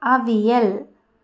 avial